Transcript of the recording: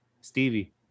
Stevie